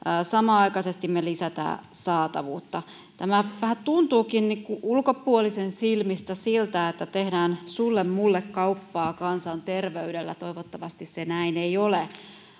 samanaikaisesti me lisäämme saatavuutta tämä vähän tuntuukin ulkopuolisen silmissä siltä että tehdään sulle mulle kauppaa kansanterveydellä toivottavasti se näin ei ole